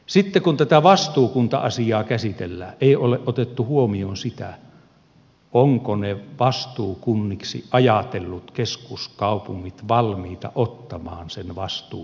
sitten kun tätä vastuukunta asiaa käsitellään ei ole otettu huomioon sitä ovatko ne vastuukunniksi ajatellut keskuskaupungit valmiita ottamaan sen vastuukunnan vastuun